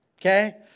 Okay